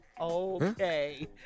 Okay